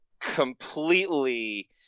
completely